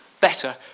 better